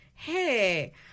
hey